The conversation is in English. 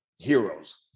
heroes